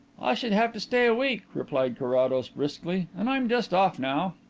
i should have to stay a week, replied carrados briskly, and i'm just off now.